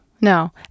No